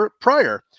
prior